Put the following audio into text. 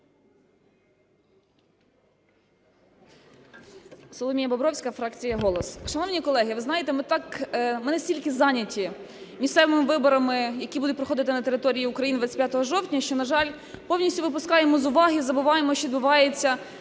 Соломія Бобровська, фракція "Голос". Шановні колеги, ви знаєте, ми так, ми настільки зайняті місцевими виборами, які будуть проходити на території України 25 жовтня, що, на жаль, повністю випускаємо з уваги і забуваємо, що відбувається